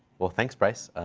well, thanks, bryce.